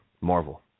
Marvel